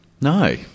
No